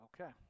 Okay